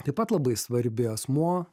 taip pat labai svarbi asmuo